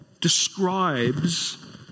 describes